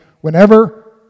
whenever